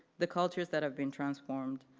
the cultures that have been transformed,